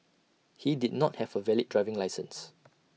he did not have A valid driving licence